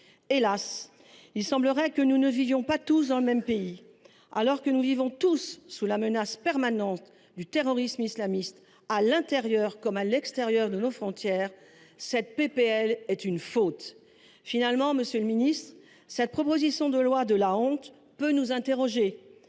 Hélas, il semble que nous ne vivions pas tous dans le même pays ! Alors que nous sommes tous sous la menace permanente du terrorisme islamiste, à l’intérieur comme à l’extérieur de nos frontières, ce texte est une faute. Finalement, monsieur le ministre, cette proposition de loi de la honte nous interroge